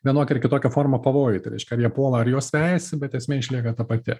vienokia ar kitokia forma pavojuj tai reiškia ar jie puola ar juos vejasi bet esmė išlieka ta pati